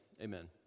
amen